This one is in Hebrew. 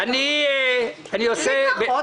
היא עוסקת במזומן.